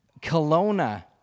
Kelowna